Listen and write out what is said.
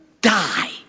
die